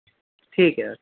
ٹھیک ہے اوکے